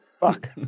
Fuck